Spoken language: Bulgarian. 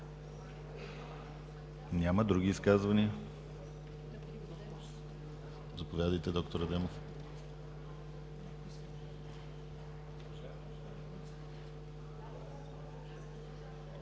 Няма. Други изказвания? Заповядайте, д-р Адемов.